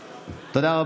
תודה, אדוני השר.